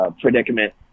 predicament